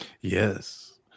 Yes